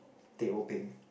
teh O peng